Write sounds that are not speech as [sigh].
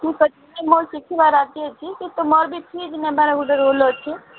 ଠିକ୍ ଅଛି ନାଇଁ ମୋର ଶିଖିବାର ଅଛି ଏଠି କିନ୍ତୁ ମୋର ବି [unintelligible] ନେବାର ଗୋଟେ ରୋଲ୍ ଅଛି